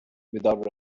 without